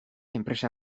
enpresa